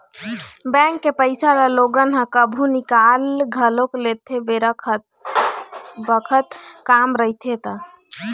bank के पइसा ल लोगन ह कभु निकाल घलोक लेथे बेरा बखत काम रहिथे ता